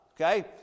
Okay